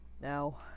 Now